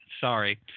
sorry